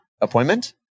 appointment